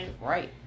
Right